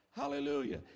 Hallelujah